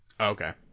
Okay